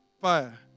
Fire